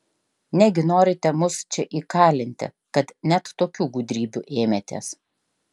negi norite mus čia įkalinti kad net tokių gudrybių ėmėtės